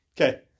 Okay